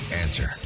Answer